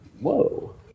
whoa